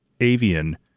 avian